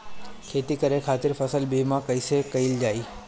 खेती करे के खातीर फसल बीमा कईसे कइल जाए?